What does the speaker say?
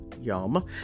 yum